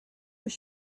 was